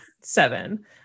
seven